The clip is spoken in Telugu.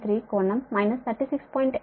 173 కోణం మైనస్ 36